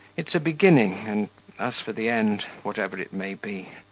it's a beginning, and as for the end, whatever it may be,